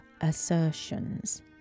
assertions